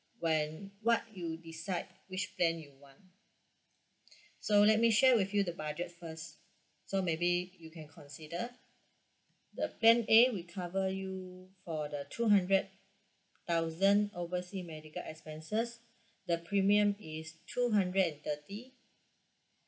when what you decide which plan you want so let me share with you the budget first so maybe you can consider the plan A we cover you for the two hundred thousand oversea medical expenses the premium is two hundred and thirty